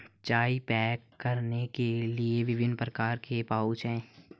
चाय पैक करने के लिए विभिन्न प्रकार के पाउच हैं